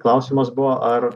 klausimas buvo ar